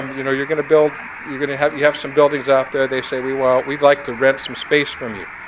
um you know, you're gonna build you're going to have you have some buildings out there they say we won't we'd like to rent some space from you.